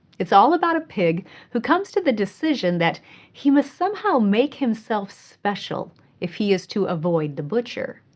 it's all about a pig who comes to the decision that he must somehow make himself special if he is to avoid the butcher.